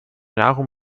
nahrung